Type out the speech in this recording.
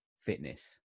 fitness